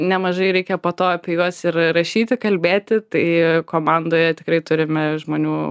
nemažai reikia po to apie juos rašyti kalbėti tai komandoje tikrai turime žmonių